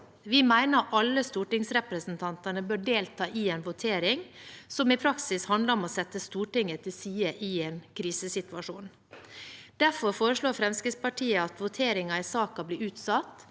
Vi mener alle stortingsrepresentanter bør delta i en votering som i praksis handler om å sette Stortinget til side i en krisesituasjon. Derfor foreslår Fremskrittspartiet at voteringen i saken blir utsatt,